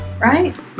Right